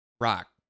rock